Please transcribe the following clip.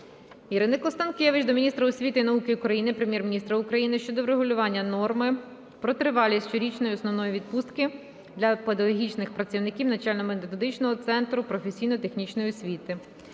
Ірини Констанкевич до міністра освіти і науки України, Прем'єр-міністра України щодо врегулювання норми про тривалість щорічної основної відпустки для педагогічних працівників Навчально-методичного центру професійно-технічної освіти.